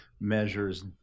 measures